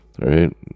Right